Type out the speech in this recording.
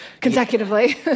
consecutively